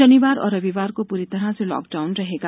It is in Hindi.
शनिवार और रविवार को पूरी तरह से लॉकडाउन रहेगा